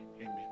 Amen